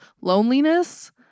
Loneliness